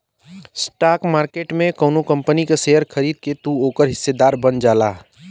stock market में कउनो company क शेयर खरीद के तू ओकर हिस्सेदार बन जाला